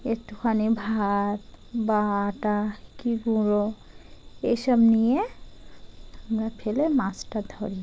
একটুখানি ভাত বা আটা কি গুঁড়ো এইসব নিয়ে আমরা ফেলে মাছটা ধরি